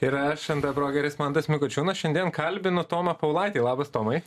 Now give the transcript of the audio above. ir aš nt brokeris mantas mikočiūnas šiandien kalbinu tomą paulaitį labas tomai